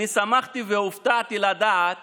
אני שמחתי והופתעתי לדעת